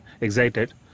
excited